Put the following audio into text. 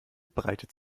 breitet